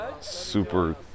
super